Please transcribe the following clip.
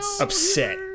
upset